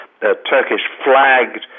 Turkish-flagged